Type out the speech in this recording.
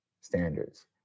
standards